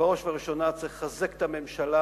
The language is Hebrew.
שבראש ובראשונה צריך לחזק את הממשלה